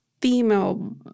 female